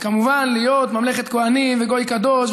וכמובן להיות "ממלכת כהנים וגוי קדוש",